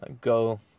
go